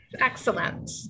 Excellent